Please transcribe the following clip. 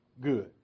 good